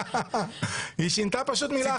שינתה פשוט מילה אחת.